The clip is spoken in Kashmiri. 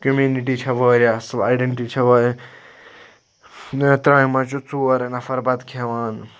کومینٹِی چھِ واریاہ اَصل اَیڈیٚنٹی چھےٚ واریاہ ترامہِ مَنٛز چھِ ژور نَفَر بَتہٕ کھیٚوان